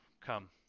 Come